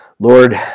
Lord